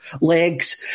Legs